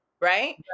right